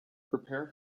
prepare